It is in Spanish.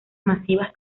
masivas